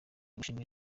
gushimira